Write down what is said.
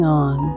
on